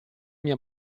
mia